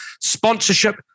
sponsorship